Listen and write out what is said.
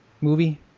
movie